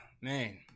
man